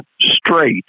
straight